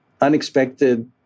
unexpected